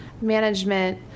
management